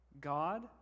God